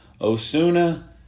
Osuna